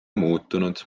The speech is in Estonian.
muutunud